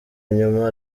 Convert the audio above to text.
nyuma